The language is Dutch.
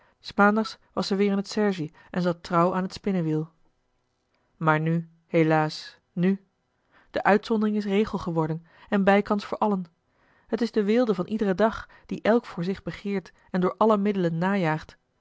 maandags was ze weêr in t sergie en zat trouw aan t spinnewiel maar nu helaas nu de uitzondering is regel geworden en bijkans voor allen het is de weelde van iederen dag die elk voor zich begeert en door alle middelen najaagt